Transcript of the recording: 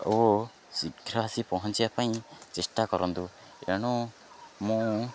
ଓ ଶୀଘ୍ର ଆସି ପହଞ୍ଚିବା ପାଇଁ ଚେଷ୍ଟା କରନ୍ତୁ ଏଣୁ ମୁଁ